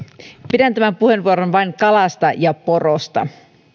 tämän puheenvuoron vain kalasta ja porosta